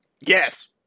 Yes